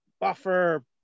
buffer